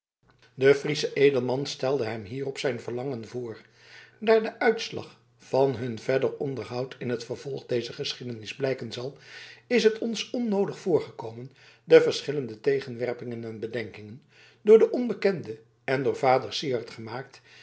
de friesche edelman stelde hem hierop zijn verlangen voor daar de uitslag van hun verder onderhoud in het vervolg dezer geschiedenis blijken zal is het ons onnoodig voorgekomen de verschillende tegenwerpingen en bedenkingen door den onbekende en door vader syard gemaakt